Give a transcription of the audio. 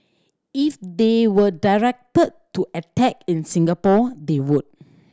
if they were directed to attack in Singapore they would